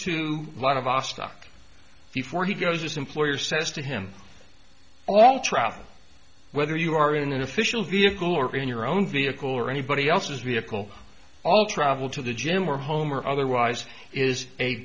awestruck before he goes just employer says to him all travel whether you are in an official vehicle or in your own vehicle or anybody else's vehicle all travel to the gym or home or otherwise is a